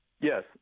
Yes